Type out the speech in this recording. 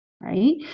Right